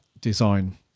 design